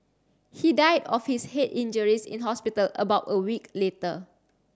he died of his head injuries in hospital about a week later